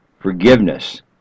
forgiveness